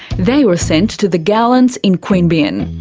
they were sent to the gowlands in queanbeyan.